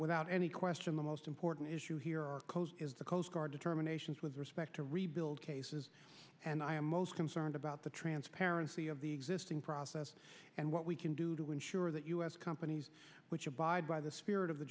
without any question the most important issue here is the coast guard determinations with respect to rebuild cases and i am most concerned about the transparency of the existing process and what we can do to ensure that u s companies which abide by the spirit of the